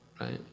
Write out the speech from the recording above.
Right